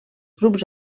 grups